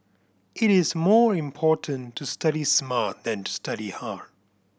it is more important to study smart than to study hard